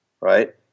right